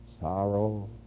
Sorrow